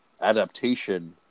adaptation